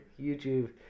YouTube